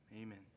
amen